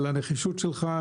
על הנחישות שלך,